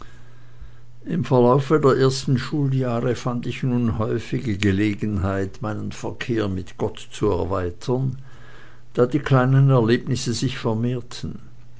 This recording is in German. im verlaufe der ersten schuljahre fand ich nun häufige gelegenheit meinen verkehr mit gott zu erweitern da die kleinen erlebnisse sich vermehrten